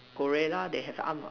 gorilla they have mah